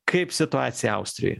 kaip situacija austrijoj